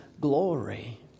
glory